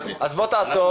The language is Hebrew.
אז בוא עכשיו תעצור.